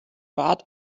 bad